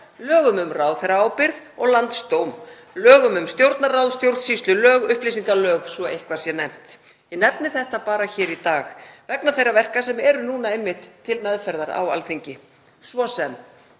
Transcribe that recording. lögum um ráðherraábyrgð og landsdóm, lögum um Stjórnarráð, stjórnsýslulögum og upplýsingalögum svo að eitthvað sé nefnt. Ég nefni þetta bara hér í dag vegna þeirra verka sem eru einmitt núna til meðferðar á Alþingi, svo sem